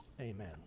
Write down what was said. Amen